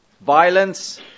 violence